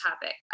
topic